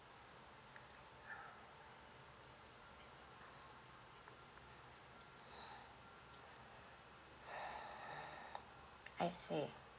I see